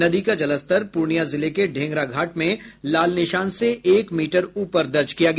नदी का जलस्तर पूर्णिया जिले के ढ़ेंगराघाट में लाल निशान से एक मीटर ऊपर दर्ज किया गया